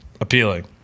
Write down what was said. appealing